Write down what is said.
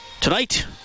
tonight